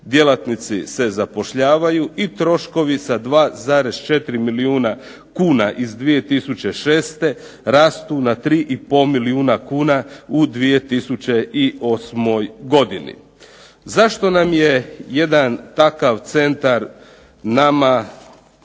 djelatnici se zapošljavaju i troškovi sa 2,4 milijuna kuna iz 2006. rastu na 3,5 milijuna kuna u 2008. godini. Zašto nam je jedan takav centar nama